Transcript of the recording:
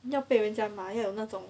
你要被人家骂要有那种